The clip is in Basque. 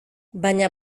baina